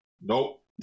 Nope